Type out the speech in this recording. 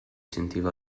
sentiva